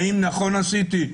האם נכון עשיתי?